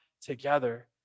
together